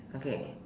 okay